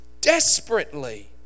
Desperately